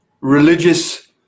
religious